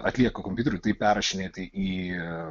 atlieka kompiuteriu tai perrašinėti į